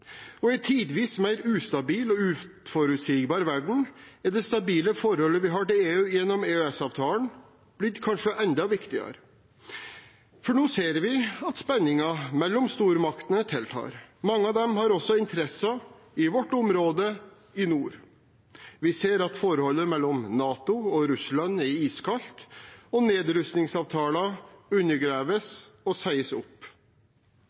I en tidvis mer ustabil og uforutsigbar verden er det stabile forholdet vi har til EU gjennom EØS-avtalen, blitt kanskje enda viktigere, for nå ser vi at spenningen mellom stormaktene tiltar. Mange av dem har også interesser i vårt område i nord. Vi ser at forholdet mellom NATO og Russland er iskaldt, og at nedrustningsavtaler undergraves og sies opp.